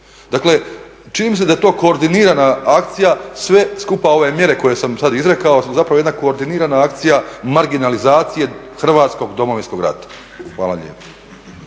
Dakle, čini mi se da je to koordinirana akcija, sve skupa ove mjere koje sam sad izrekao su zapravo jedna koordinirana akcija marginalizacije hrvatskog domovinskog rata. Hvala lijepo.